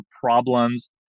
problems